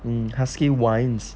um husky whines